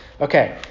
Okay